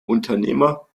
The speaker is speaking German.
unternehmer